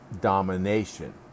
domination